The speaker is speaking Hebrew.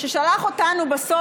ששלח אותנו בסוף,